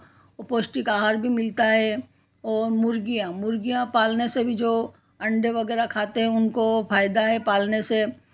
पौष्टिक आहार भी मिलता है और मुर्गियाँ मुर्गियाँ पालने से भी जो अंडे वगैरह खाते हैं उनको फ़ायदा है पालने से